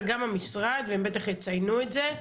וגם המשרד והם בטח יציינו את זה,